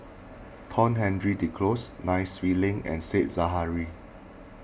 Tohn Henry Duclos Nai Swee Leng and Said Zahari